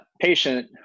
patient